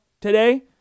today